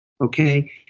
Okay